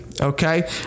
okay